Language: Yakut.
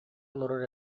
олорор